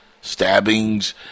stabbings